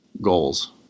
goals